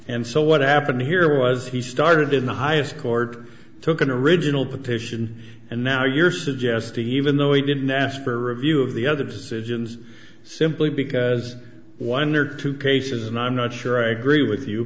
and so what happened here was he started in the highest court took an original petition and now you're suggesting he even though he didn't ask for review of the other decisions simply because one or two cases and i'm not sure i agree with you